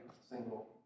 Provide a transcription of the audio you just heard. single